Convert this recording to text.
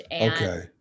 Okay